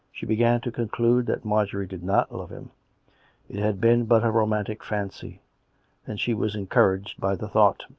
she began to conclude that marjorie did not love him it had been but a romantic fancy and she was encouraged by the thought.